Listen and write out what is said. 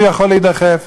הוא יכול להידחף.